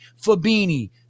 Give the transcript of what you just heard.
fabini